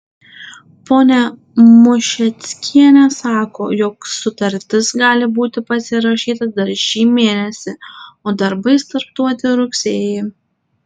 ponia mušeckienė sako jog sutartis gali būti pasirašyta dar šį mėnesį o darbai startuoti rugsėjį